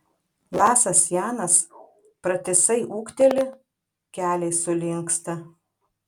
lasas janas pratisai ūkteli keliai sulinksta